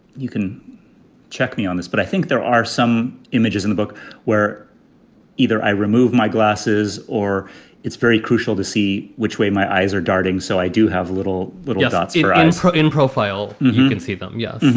you can check me on this, but i think there are some images in the book where either i remove my glasses or it's very crucial to see which way my eyes are darting. so i do have a little little yeah dots here and in profile you can see them yes.